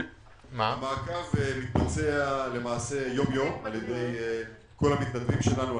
המעקב מתבצע למעשה יום יום על ידי כל המתנדבים שלנו,